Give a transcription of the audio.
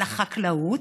על החקלאות,